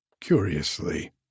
curiously